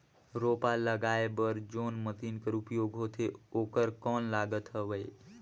रोपा लगाय बर जोन मशीन कर उपयोग होथे ओकर कौन लागत हवय?